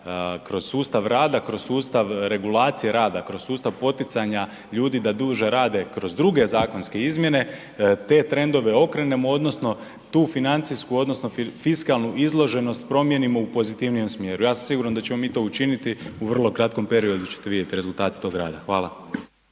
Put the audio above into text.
kroz sustav rada, kroz sustav regulacije rada, kroz sustav poticanja ljudi da duže rade kroz druge zakonske izmjene, te trendove okrenemo odnosno tu financijsku odnosno fiskalnu izloženost promijenimo u pozitivnijem smjeru. Ja sam siguran da ćemo mi to učiniti, u vrlo kratkom periodu ćete vidjeti rezultate tog rada, hvala.